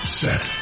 set